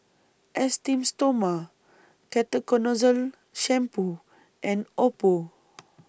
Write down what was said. Esteem Stoma Ketoconazole Shampoo and Oppo